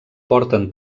porten